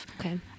Okay